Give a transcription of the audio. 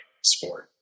sport